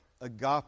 Agape